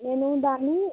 నేను దాన్ని